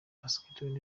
basketball